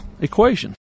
equation